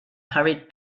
hurried